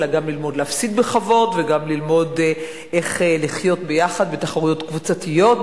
אלא גם ללמוד להפסיד בכבוד וגם ללמוד איך לחיות ביחד בתחרויות קבוצתיות,